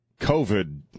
COVID